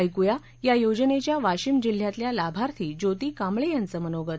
ऐकूया या योजनेच्या वाशिम जिल्ह्यातल्या लाभार्थी ज्याती कांबळे यांचं मनोगत